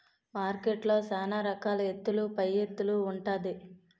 మార్కెట్లో సాన రకాల ఎత్తుల పైఎత్తులు ఉంటాది